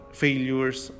failures